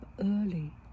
early